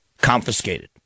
confiscated